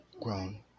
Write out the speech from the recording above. grown